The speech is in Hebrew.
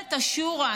ממשלת השורא.